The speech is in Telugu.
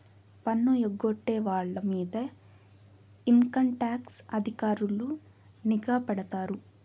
పన్ను ఎగ్గొట్టే వాళ్ళ మీద ఇన్కంటాక్స్ అధికారులు నిఘా పెడతారు